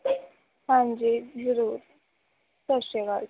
ਹਾਂਜੀ ਜ਼ਰੂਰ ਸਤਿ ਸ਼੍ਰੀ ਆਕਾਲ